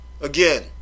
Again